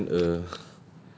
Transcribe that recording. I just want a